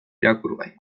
irakurgai